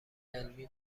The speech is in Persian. علمی